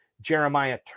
Jeremiah